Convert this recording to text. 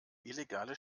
illegale